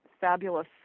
fabulous